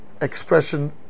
expression